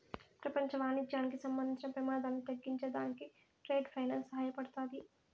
పెపంచ వాణిజ్యానికి సంబంధించిన పెమాదాన్ని తగ్గించే దానికి ట్రేడ్ ఫైనాన్స్ సహాయపడతాది